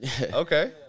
Okay